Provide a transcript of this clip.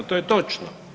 To je točno.